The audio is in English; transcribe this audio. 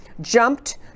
jumped